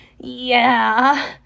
Yeah